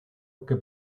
que